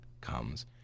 comes